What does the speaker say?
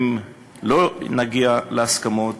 אם לא נגיע להסכמות,